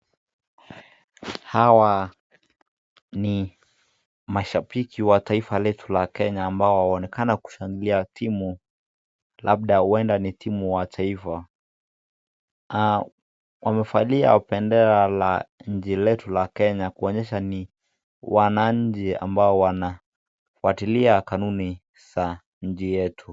Hawa ni mashabiki wa taifa letu la kenya ambao waonekana kushangilia timu labda huenda ni timu wa taifa. Wamevalia bendera la nchi letu la kenya kuonyesha ni wananchi ambao wanafuatilia kanuni za nchi yetu.